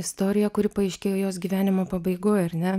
istorija kuri paaiškėjo jos gyvenimo pabaigoj ar ne